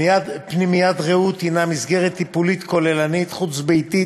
פנימיית "רעות" היא מסגרת טיפולית כוללנית חוץ-ביתית